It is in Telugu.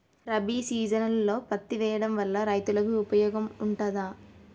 రబీ సీజన్లో పత్తి వేయడం వల్ల రైతులకు ఉపయోగం ఉంటదా?